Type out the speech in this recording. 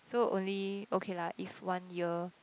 so only okay lah if one year